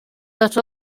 that